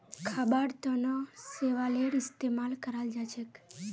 खाबार तनों शैवालेर इस्तेमाल कराल जाछेक